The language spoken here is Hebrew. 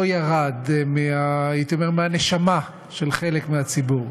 ירד, הייתי אומר, מהנשמה של חלק מהציבור.